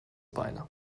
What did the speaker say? beine